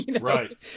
Right